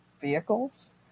vehicles